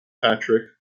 patrick